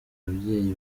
ababyeyi